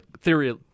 theory